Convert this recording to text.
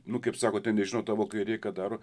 nu kaip sako ten nežinot tavo kairė ką daro